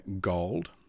gold